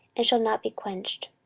and shall not be quenched.